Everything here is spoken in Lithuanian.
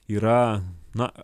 yra na